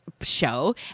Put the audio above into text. show